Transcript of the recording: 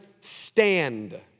stand